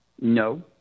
No